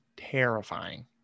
terrifying